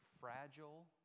fragile